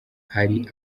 hari